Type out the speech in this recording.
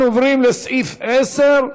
אנחנו עוברים לסעיף 10: